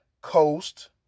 coast